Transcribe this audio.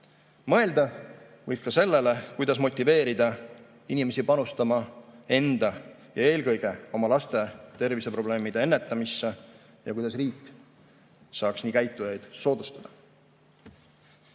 Mõelda võiks ka sellele, kuidas motiveerida inimesi panustama enda ja eelkõige oma laste terviseprobleemide ennetamisse ning kuidas riik saaks nii käitujaid soodustada.